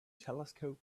telescope